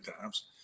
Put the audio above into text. times